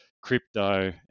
crypto